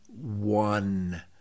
one